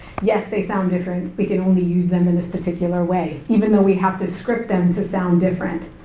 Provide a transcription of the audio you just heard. yes, they sound different, we can only use them in this particular way, even though we have to script them to sound different.